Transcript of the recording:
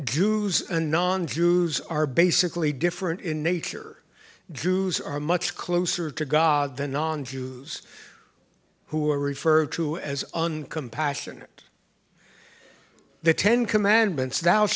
jews and non jews are basically different in nature jews are much closer to god than non jews who are referred to as uncompassionate the ten commandments